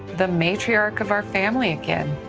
the matriarch of our family again.